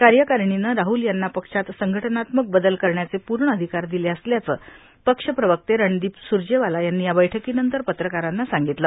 कार्यकारणीनं राहुल यांना पक्षात संघटनात्मक बदल करण्याचे पूर्ण अधिकार दिले असल्याचं पक्ष प्रवक्ते रणदीप सुरजेवाला यांनी या बैठकीनंतर पत्रकारांना सांगितलं